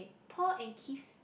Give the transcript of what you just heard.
Paul and Keith's